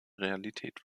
realität